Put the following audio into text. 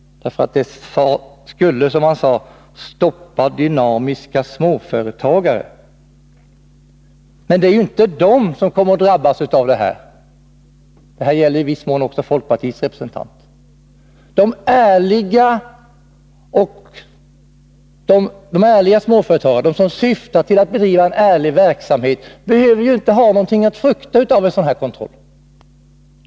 Det skulle, sade han, stoppa dynamiska småföretagare. Men det är ju inte de som kommer att drabbas — vad jag nu säger gäller i viss mån också folkpartiets representant — utan de ärliga småföretagarna, de som syftar till att bedriva en hederlig verksamhet, behöver inte ha någonting att frukta av en sådan kontroll.